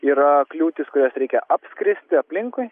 yra kliūtys kurios reikia apskristi aplinkui